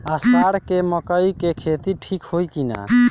अषाढ़ मे मकई के खेती ठीक होई कि ना?